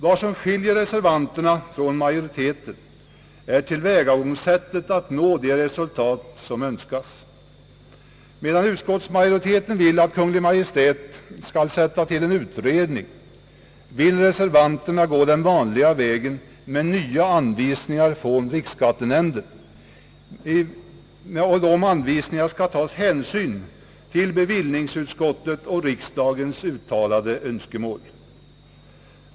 Vad som skiljer reservanterna från utskottsmajoriteten är sättet att nå det resultat som önskas. Utskottsmajoriteten vill att Kungl. Maj:t skall sätta till en utredning, under det att reservanterna vill gå den vanliga vägen med utfärdandet av nya anvisningar från riksskattenämnden. Vid utfärdandet av anvisningarna skall hänsyn tas till bevillningsutskottets och riksdagens uttalade önskemål.